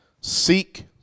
seek